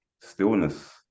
stillness